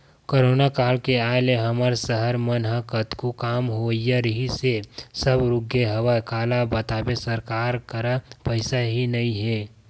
corona काल के आय ले हमर सहर मन म कतको काम होवइया रिहिस हे सब रुकगे हवय काला बताबे सरकार करा पइसा ही नइ ह